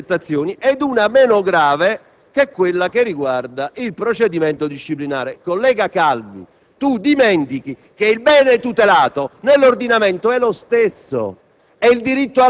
quelle intercettazioni), e una situazione meno grave, che riguarda il procedimento disciplinare. Collega Calvi, lei dimentica che il bene tutelato nell'ordinamento è lo stesso: